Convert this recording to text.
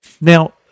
Now